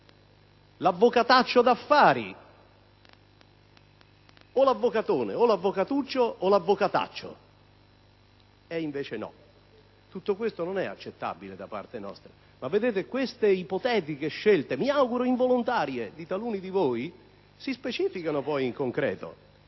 l'avvocataccio d'affari. Insomma, l'avvocatone, l'avvocatuccio o l'avvocataccio. E invece no. Tutto questo non è accettabile da parte nostra. Queste ipotetiche scelte - mi auguro involontarie - di taluni di voi si specificano poi in concreto.